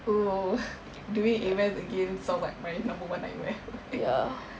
oo doing A math again sounds like my number one nightmare